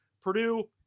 Purdue